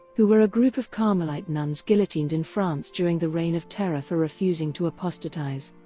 who were a group of carmelite nuns guillotined in france during the reign of terror for refusing to apostatize.